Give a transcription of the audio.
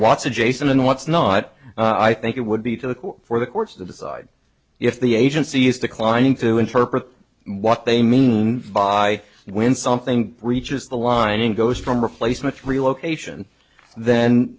what's adjacent and what's not i think it would be to the court for the courts to decide if the agency is declining to interpret what they mean by when something reaches the lining goes from replacement relocation then